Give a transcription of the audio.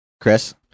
chris